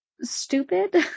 stupid